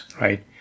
right